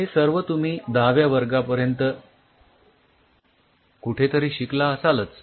हे सर्व तुम्ही तुमच्या १०व्या वर्गापर्यंत कुठेतरी शिकला असालच